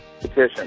petition